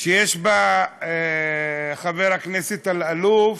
שיש בה חבר הכנסת אלאלוף,